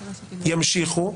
ימשיכו,